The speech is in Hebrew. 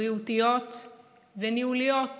בריאותיות וניהוליות